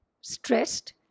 stressed